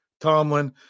Tomlin